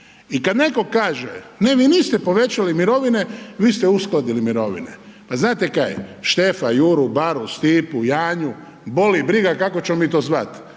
I kada netko kaže, ne vi niste povećali mirovine, vi ste uskladili mirovine. Ma znate kaj, Štefa, Juru, Stipu, Baru, Janju boli briga kako ćemo mi to zvati,